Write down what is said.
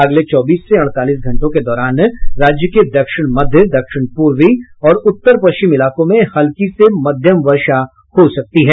अगले चौबीस से अड़तालीस घंटों के दौरान राज्य के दक्षिण मध्य दक्षिण पूर्वी और उत्तर पश्चिम इलाकों में हल्की से मध्यम वर्षा हो सकती है